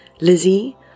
Lizzie